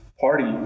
party